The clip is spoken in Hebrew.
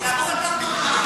זה יעבור,